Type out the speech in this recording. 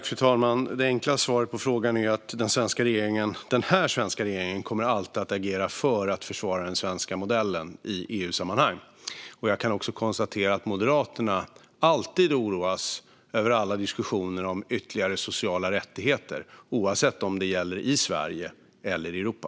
Fru talman! Det enkla svaret på frågan är att den här svenska regeringen alltid kommer att agera för att försvara den svenska modellen i EU-sammanhang. Jag kan konstatera att Moderaterna alltid oroas över alla diskussioner om ytterligare sociala rättigheter, oavsett om det gäller i Sverige eller i Europa.